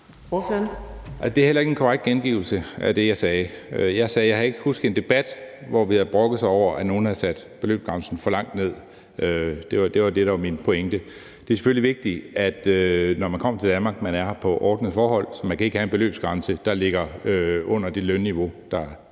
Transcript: Det er heller ikke en korrekt gengivelse af det, jeg sagde. Jeg sagde, at jeg ikke kan huske en debat, hvor man havde brokket sig over, at nogen havde sat beløbsgrænsen for langt ned. Det var det, der var min pointe. Det er selvfølgelig vigtigt, når man kommer til Danmark, at man arbejder under ordnede forhold. Man kan ikke have en beløbsgrænse, der ligger under det lønniveau, der